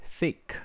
Thick